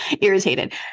irritated